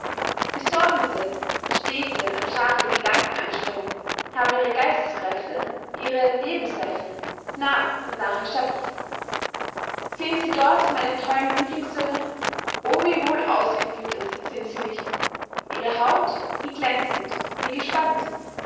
besorgnisse stete und scharfe gedankenanstrengung haben ihre geisteskräfte ihre lebenssäfte nach und nach erschöpft sehen sie dort meine tollen lieblingssöhne o wie wohl ausgefüttert sind sie nicht ihre haut wie glänzend wie gespannt